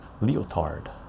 Leotard